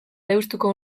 deustuko